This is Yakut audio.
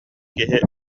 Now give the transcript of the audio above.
киһи